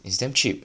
it's damn cheap